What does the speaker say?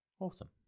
Awesome